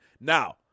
Now